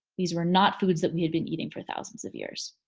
these were not foods that we had been eating for thousands of years.